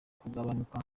kugabanuka